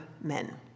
men